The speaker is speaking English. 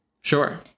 Sure